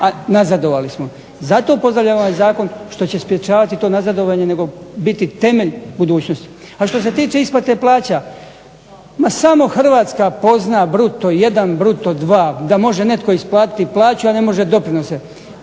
a nazadovali smo. Zato pozdravljam ovaj zakon što će sprečavati to nazadovanje i biti temelj budućnosti. A što se tiče isplate plaća, ma samo Hrvatska pozna bruto jedan, bruto dva. Da može netko isplatiti plaću, a ne može doprinose.